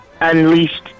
unleashed